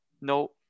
no